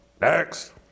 Next